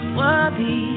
worthy